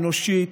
אנושית,